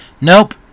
Nope